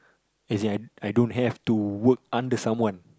as in I I don't have to work under someone